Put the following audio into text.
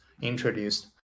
introduced